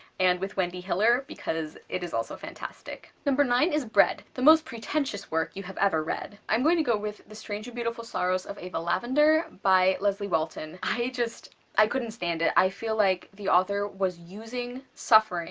and with wendy hiller because it is also fantastic. number nine is bread the most pretentious work you have ever read. i'm going to go with the strange and beautiful sorrows of ava lavender by leslye walton. i just i couldn't stand it i feel like the author was using suffering